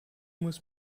muss